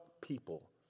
people